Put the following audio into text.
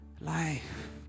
life